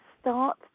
start